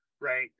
right